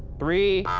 three.